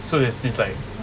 so there's this like